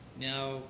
Now